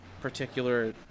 particular